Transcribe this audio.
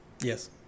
yes